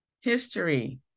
History